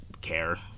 care